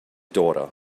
daughter